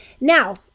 Now